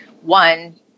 one